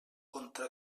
contra